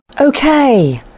Okay